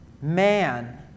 Man